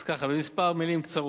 אז ככה, בכמה מלים קצרות: